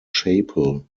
chapel